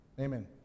Amen